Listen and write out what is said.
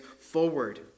forward